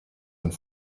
and